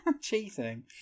Cheating